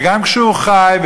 וגם כשהוא חי,